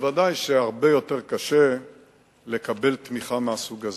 ודאי שהרבה יותר קשה לקבל תמיכה מהסוג הזה.